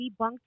debunked